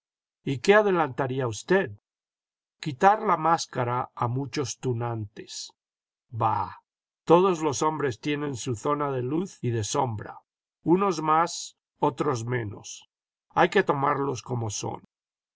iy qué adelantaría usted quitar la máscara a muchos tunantes jbah todos los hombres tienen su zona de luz y de sombra unos más otros menos hay que tomarlos como son